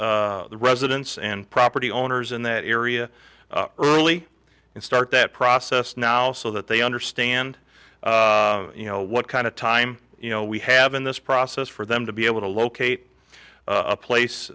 engage those residents and property owners in that area early and start that process now so that they understand you know what kind of time you know we have in this process for them to be able to locate a place